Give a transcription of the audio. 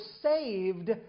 saved